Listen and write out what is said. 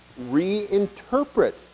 reinterpret